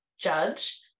judge